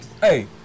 hey